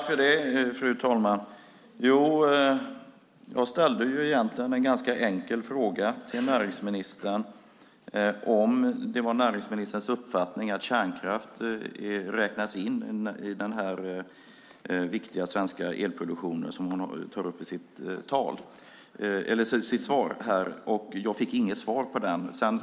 Fru talman! Jag ställde egentligen en ganska enkel fråga till näringsministern, nämligen om det är näringsministerns uppfattning att kärnkraft räknas in i den viktiga svenska elproduktionen som hon tar upp i sitt svar här. Jag fick inget svar på den frågan.